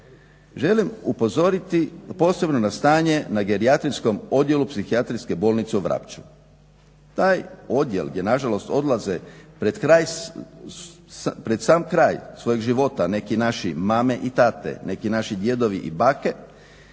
Želim upozoriti, posebno na stanje na gerijatrijskom odjelu psihijatrijske bolnice u Vrapču. Taj odjel gdje nažalost odlaze pred kraj, pred sam kraj svojeg života neki naši mame i tate, neki naši djedovi i bake